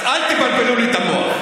אז אל תבלבלו לי את המוח.